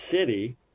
city